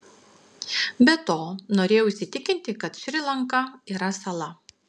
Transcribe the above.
be to norėjau įsitikinti kad šri lanka yra sala